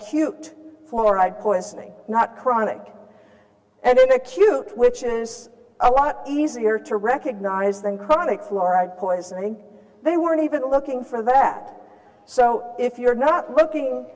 cute fluoride poisoning not chronic and acute which is a lot easier to recognize than chronic fluoride poisoning they weren't even looking for that so if you're not looking